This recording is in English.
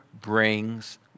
brings